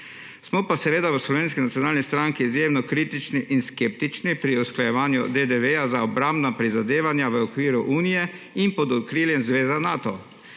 Smo pa seveda v Slovenski nacionalni stranki izjemno kritični in skeptični pri usklajevanju DDV za obrambna prizadevanja v okviru Unije in pod okriljem zveze Nato.